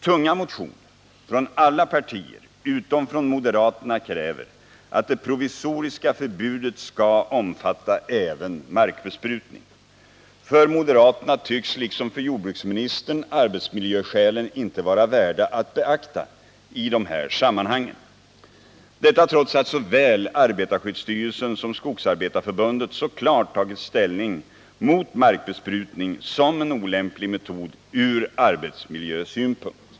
Tunga motioner, från alla partier utom moderaterna, kräver att det provisoriska förbudet skall omfatta även markbesprutning. För moderaterna tycks liksom för jordbruksministern arbetsmiljöskälen inte vara värda att beakta i de här sammanhangen, detta trots att såväl arbetarskyddsstyrelsen som Skogsarbetareförbundet så klart tagit ställning mot markbesprutning som en olämplig metod ur arbetsmiljösynpunkt.